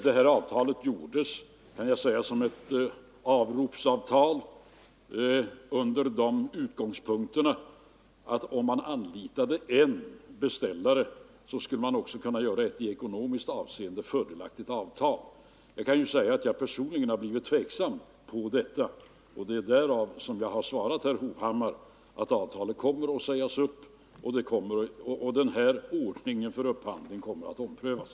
Jag kan meddela att avtalet utformades från de utgångspunkterna, att om man anvisade en beställare skulle man därmed också kunna göra ett i ekonomiskt avseende fördelaktigt avtal. Jag kan dock säga att jag nu personligen har blivit tveksam, huruvida detta varit fallet och att det är med anledning därav som jag har svarat herr Hovhammar att avtalet kommer att sägas upp och att denna ordning för upphandlingen kommer att omprövas.